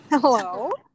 hello